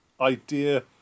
idea